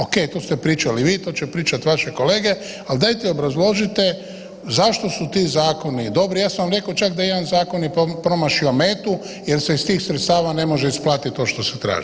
Oke, to ste pričali vi, to će pričati vaše kolege, ali dajte obrazložite zašto su ti zakoni dobri, ja sam rekao čak da je jedan zakon i promašio metu jer se iz tih sredstava ne može isplatiti to što se traži.